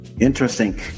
Interesting